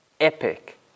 epic